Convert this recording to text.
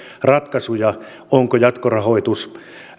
ratkaisuja sen suhteen onko jatkorahoitus